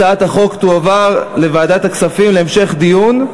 הצעת החוק תועבר לוועדת הכספים להמשך דיון.